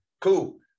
cool